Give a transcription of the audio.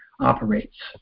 operates